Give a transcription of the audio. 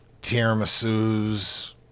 tiramisu's